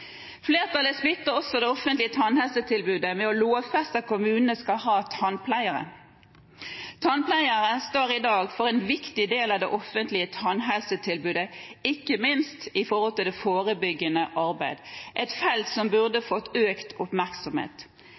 Flertallet splitter også det offentlige tannhelsetilbudet ved å lovfeste at kommunene skal ha tannpleiere. Tannpleiere står i dag for en viktig del av det offentlige tannhelsetilbudet, ikke minst når det gjelder det forebyggende arbeidet, et felt som burde fått økt oppmerksomhet.